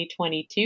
2022